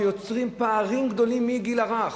שיוצרים פערים גדולים מהגיל הרך.